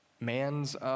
man's